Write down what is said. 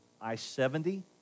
I-70